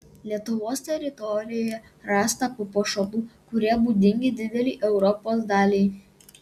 lietuvos teritorijoje rasta papuošalų kurie būdingi didelei europos daliai